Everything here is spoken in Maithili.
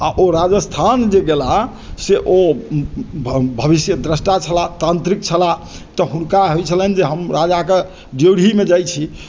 आ ओ राजस्थान जे गेलाह से ओ भविष्यद्रष्टा छलाह तांत्रिक छलाह तऽ हुनका होइ छलनि जे हम राजा के ड्योढ़ी मे जाइ छी आ